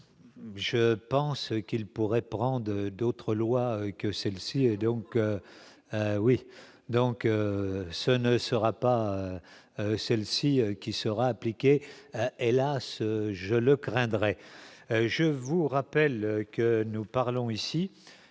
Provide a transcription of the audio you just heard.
je pense qu'il pourrait prendre d'autre loi que celle-ci est donc, oui, donc ce ne sera pas celle-ci qui sera appliqué hélas je le craindrais je vous rappelle que nous parlons ici